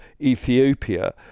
Ethiopia